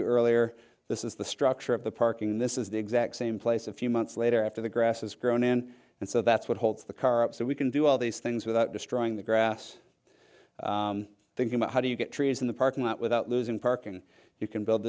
you earlier this is the structure of the parking this is the exact same place a few months later after the grass has grown in and so that's what holds the car up so we can do all these things without destroying the grass thinking about how do you get trees in the parking lot without losing park and you can build